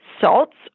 salts